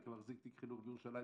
ועשינו חינוך בירושלים,